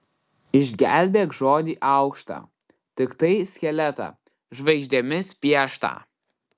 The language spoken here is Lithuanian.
išgelbėk žodį aukštą tiktai skeletą žvaigždėmis pieštą